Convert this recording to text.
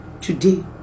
Today